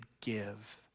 give